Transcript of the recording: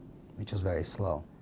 which was very slow.